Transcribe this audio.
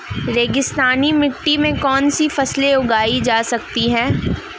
रेगिस्तानी मिट्टी में कौनसी फसलें उगाई जा सकती हैं?